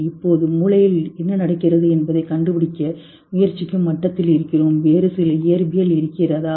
இப்போது மூளையில் என்ன நடக்கிறது என்பதைக் கண்டுபிடிக்க முயற்சிக்கும் மட்டத்தில் இருக்கிறோம் வேறு சில இயற்பியல் இருக்கிறதா